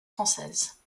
française